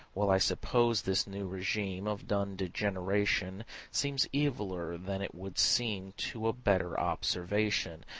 well, i suppose this new regime of dun degeneration seems eviler than it would seem to a better observation,